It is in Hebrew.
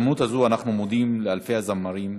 7286. בהזדמנות הזאת אנחנו מודים לאלפי הזמרים,